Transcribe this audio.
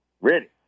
Ready